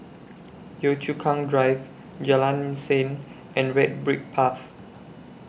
Yio Chu Kang Drive Jalan Mesin and Red Brick Path